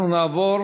אנחנו נעבור